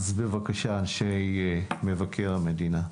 בבקשה, אנשי מבקר המדינה.